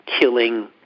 killing